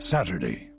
Saturday